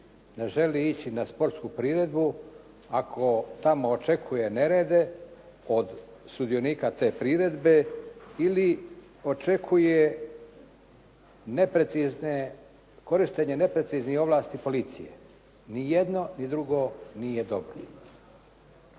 ne želi ići na sportsku priredbu ako tamo očekuje nerede od sudionika te priredbe ili očekuje neprecizne, korištenje nepreciznih ovlasti policije. Ni jedno ni drugo nije dobro.